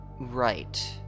right